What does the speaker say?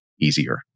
easier